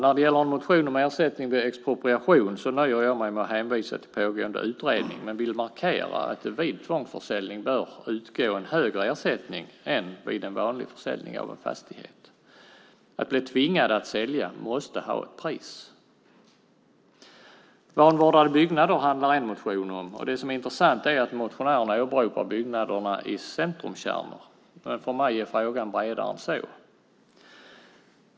När det gäller en motion om ersättning vid expropriation nöjer jag mig med att hänvisa till pågående utredning men vill markera att det vid tvångsförsäljning bör utgå en högre ersättning än vid en vanlig försäljning av en fastighet. Att bli tvingad att sälja måste ha ett pris. Vanvårdade byggnader handlar en motion om. Det som är intressant är att motionärerna åberopar byggnader i centrumkärnor. För mig är frågan bredare än så.